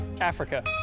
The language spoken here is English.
Africa